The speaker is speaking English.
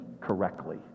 correctly